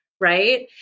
right